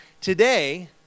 Today